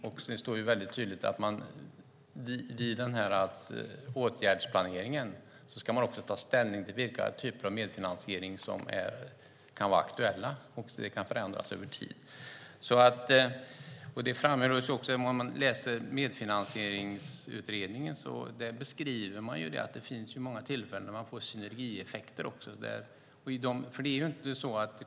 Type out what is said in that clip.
Det står väldigt tydligt i propositionen att vid åtgärdsplaneringen ska man också ta ställning till vilka typer av medfinansiering som kan vara aktuella, och det kan förändras över tid. Det framhävs också av Medfinansieringsutredningen att det finns många tillfällen då man får synergieffekter.